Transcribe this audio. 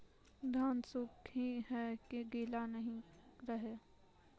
धान सुख ही है की गीला नहीं रहे?